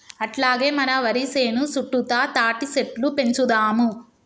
అట్లాగే మన వరి సేను సుట్టుతా తాటిసెట్లు పెంచుదాము